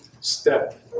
step